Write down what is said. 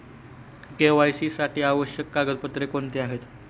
KYC साठी आवश्यक कागदपत्रे कोणती आहेत?